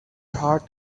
heart